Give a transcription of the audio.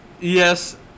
Yes